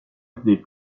des